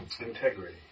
Integrity